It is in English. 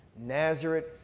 Nazareth